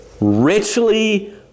richly